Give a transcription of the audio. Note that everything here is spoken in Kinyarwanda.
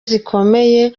zikomeye